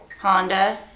Honda